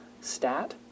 stat